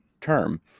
term